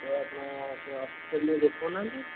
ତ ଆପଣ ସେ ହସ୍ପିଟାଲ୍ରେ ଦେଖାଉ ନାହାନ୍ତି